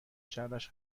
شرش